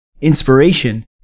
Inspiration